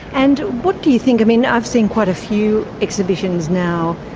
and what do you think? i mean i've seen quite a few exhibitions now,